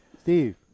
Steve